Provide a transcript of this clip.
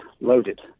loaded